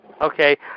Okay